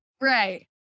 right